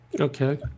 Okay